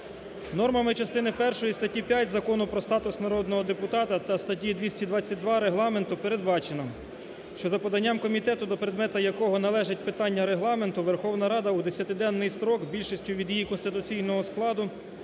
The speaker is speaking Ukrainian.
Нормами частини першої статті 5 Закону про статус народного депутата та статті 222 Регламенту передбачено, що за поданням комітету до предмету якого належить питання Регламенту, Верховна Рада у десятиденний строк більшістю від її конституційного складу